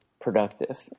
productive